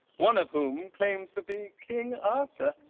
one of whom claims to be king arthur.